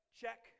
check